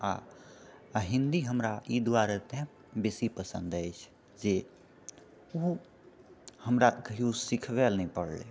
आ हिन्दी हमरा एहि दुआरे तैँ बेसी पसन्द अछि जे ओ हमरा कहिऔ सिखबयलऽ नहि पड़ले